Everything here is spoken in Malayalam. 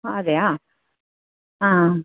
അതെയോ ആ